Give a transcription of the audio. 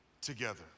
together